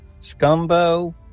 scumbo